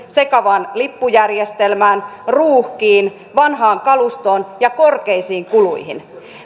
sekavaan lippujärjestelmään ruuhkiin vanhaan kalustoon ja korkeisiin kuluihin